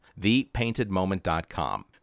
thepaintedmoment.com